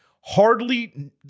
hardly